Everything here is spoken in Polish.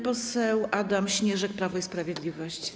Poseł Adam Śnieżek, Prawo i Sprawiedliwość.